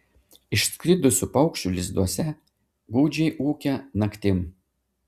išskridusių paukščių lizduose gūdžiai ūkia naktim